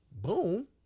Boom